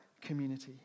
community